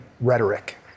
rhetoric